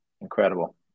incredible